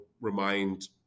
remind